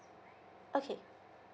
okay